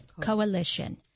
Coalition